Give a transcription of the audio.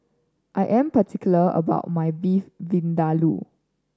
I am particular about my Beef Vindaloo